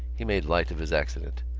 he made light of his accident.